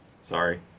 sorry